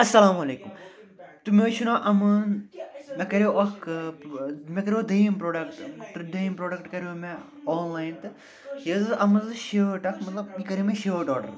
اَسَلامُ علیکُم تہٕ مےٚ حظ چھُ ناو اَمان مےٚ کَریو اَکھ مےٚ کَریو دٔیِم پرٛوڈکٹ دٔیِم پرٛوڈکٹ کَریو مےٚ آنلایَن تہٕ یہِ حظ اَتھ منٛز حظ چھِ شٲٹ اکھ مطلب یہِ کَرے مےٚ شٲٹ آرڈر